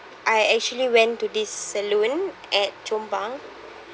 I actually went to this saloon at chong pang